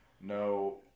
No